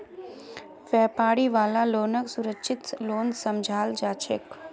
व्यापारी वाला लोनक सुरक्षित लोन समझाल जा छे